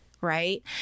Right